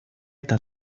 eta